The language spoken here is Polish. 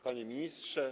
Panie Ministrze!